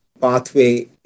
pathway